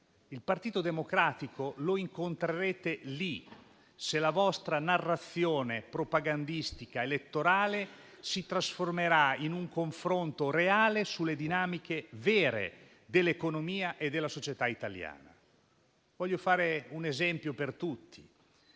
Il Partito Democratico lo incontrerete lì, se la vostra narrazione propagandistica elettorale si trasformerà in un confronto reale sulle dinamiche vere dell'economia e della società italiana. Voglio fare un esempio per tutti.